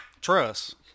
Trust